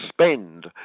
spend